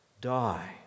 die